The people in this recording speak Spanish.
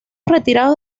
retirados